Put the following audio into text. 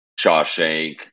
Shawshank